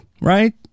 right